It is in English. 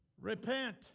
repent